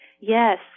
Yes